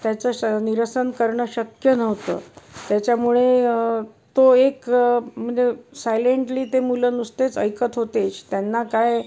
त्याचं श निरसन करणं शक्य नव्हतं त्याच्यामुळे तो एक सायलेंटली ते मुलं नुसतेच ऐकत होतेच त्यांना काय